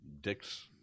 Dick's